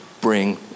bring